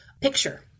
picture